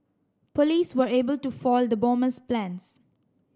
police were able to foil the bomber's plans